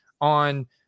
on